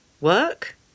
work